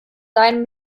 deinem